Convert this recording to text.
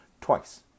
twice